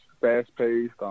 fast-paced